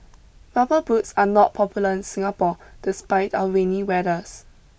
rubber boots are not popular in Singapore despite our rainy weathers